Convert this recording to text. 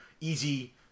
easy